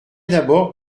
d’abord